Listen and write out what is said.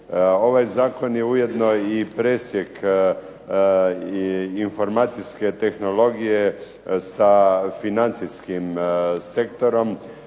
Ovaj zakon je ujedno i presjek informacijske tehnologije sa financijskim sektorom.